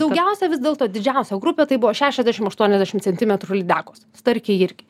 daugiausia vis dėlto didžiausia grupė tai buvo šešiasdešim aštuoniasdešim centimetrų lydekos starkiai irgi